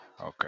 Okay